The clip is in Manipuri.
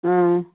ꯑꯥ